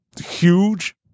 huge